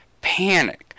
panic